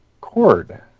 cord